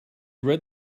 read